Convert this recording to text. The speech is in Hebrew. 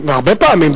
הרבה פעמים.